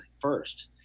first